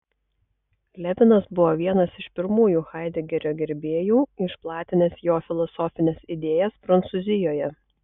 levinas buvo vienas iš pirmųjų haidegerio gerbėjų išplatinęs jo filosofines idėjas prancūzijoje